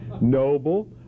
noble